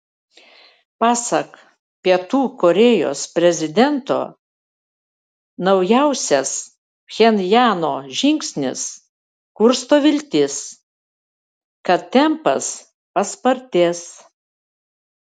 pasak pietų korėjos prezidento naujausias pchenjano žingsnis kursto viltis kad tempas paspartės